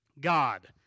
God